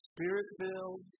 Spirit-filled